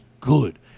good